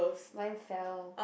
mine fell